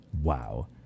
wow